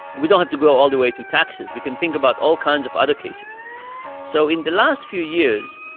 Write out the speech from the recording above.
we don't have to go all the way to taxes. we can think about all kinds of other cases so in the last few years,